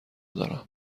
دارم